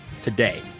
today